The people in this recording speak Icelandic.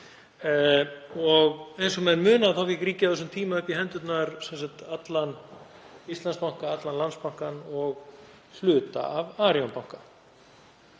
Eins og menn muna fékk ríkið á þessum tíma upp í hendurnar allan Íslandsbanka, allan Landsbankann og hluta af Arion banka.